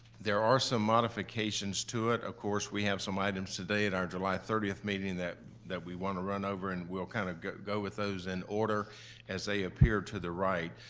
there are some modifications to it. of course, we have some items today at our july thirty meeting that that we want to run over and we'll kind of go go with those in order as they appear to the right.